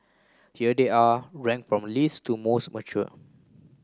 here they are ranked from least to most mature